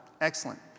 Excellent